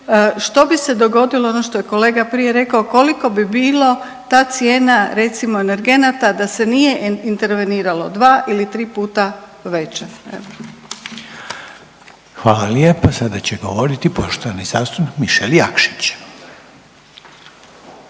što bi se dogodilo ono što je kolega prije rekao koliko bi bilo ta cijena recimo energenata da se nije interveniralo dva ili tri puta veća? Evo. **Reiner, Željko (HDZ)** Hvala lijepa. Sada će govoriti poštovani zastupnik Mišel Jakšić.